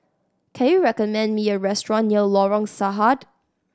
can you recommend me a restaurant near Lorong Sarhad